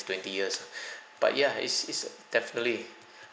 twenty years but ya it's it's definitely